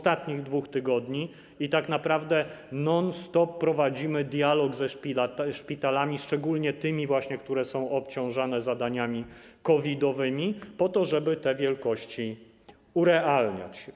Tak naprawdę non stop prowadzimy dialog ze szpitalami, szczególnie tymi właśnie, które są obciążane zadaniami COVID-owymi, po to, żeby te wielkości urealniać.